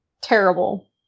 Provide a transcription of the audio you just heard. terrible